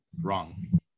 Wrong